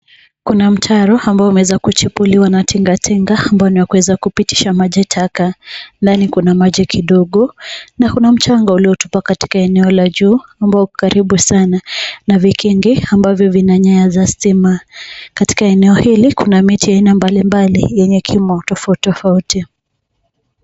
Kuna mtaro ambao umeweza kuchipuliwa na tingatinga ambao ni wa kuweza kupitisha maji taka. Ndani kuna maji kidogo na kuna mchanga uliotupwa katika eneo la juu, ambao uko karibu sana na vikingi ambavyo vina nyaya za stima. Katika eneo hili kuna miti ya aina mbalimbali yenye kimo tofauti tofauti.